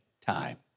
time